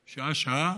שעה-שעה,